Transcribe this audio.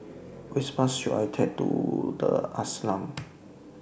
Which Bus should I Take to The Ashram